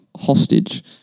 hostage